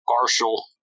partial